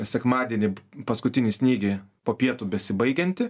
sekmadienį paskutinį snygį popietų besibaigiantį